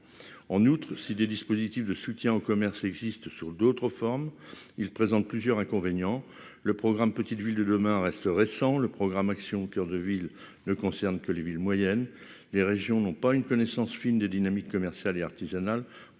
en outre, si des dispositifs de soutien au commerce existe sur d'autres formes, il présente plusieurs inconvénients : le programme Petites Villes de demain reste récent le programme Action coeur de ville ne concerne que les villes moyennes, les régions n'ont pas une connaissance fine de dynamique commerciale et artisanale,